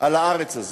על הארץ הזאת.